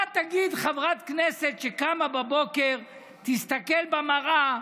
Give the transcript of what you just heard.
מה תגיד חברת כנסת שתקום בבוקר, תסתכל בראי